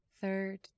third